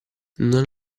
non